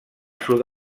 sud